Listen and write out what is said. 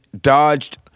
dodged